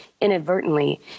inadvertently